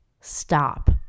stop